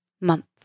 month